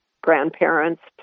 grandparents